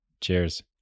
Cheers